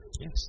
Yes